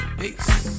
Peace